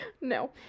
No